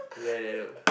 there there look